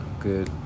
good